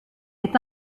est